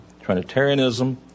Trinitarianism